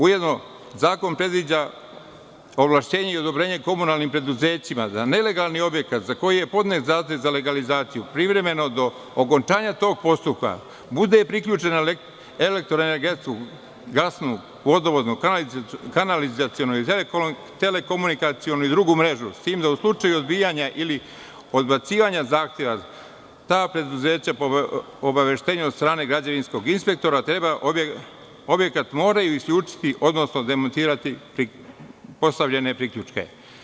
Ujedno, zakon predviđa ovlašćenje i odobrenje komunalnim preduzećima da nelegalni objekat za koji je podnet zahtev za legalizaciju privremeno, do okončanja tog postupka, bude priključena na elektroenergetsku, gasnu, vodovodnu, kanalizacionu, telekomunikacionu i drugu mrežu, s tim da u slučaju odbijanja ili odbacivanja zahteva ta preduzeća, po obaveštenju od strane građevinskog inspektora, objekat moraju isključiti, odnosno demontirati tek postavljene priključke.